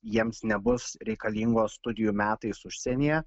jiems nebus reikalingos studijų metais užsienyje